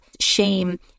shame